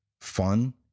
fun